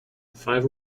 five